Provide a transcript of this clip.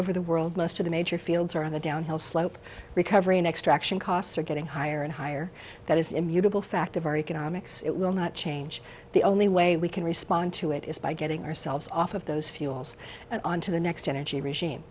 over the world most of the major fields are on the downhill slope recovery and extraction costs are getting higher and higher that is immutable fact of our economics it will not change the only way we can respond to it is by getting ourselves off of those fuels and on to the next energy regime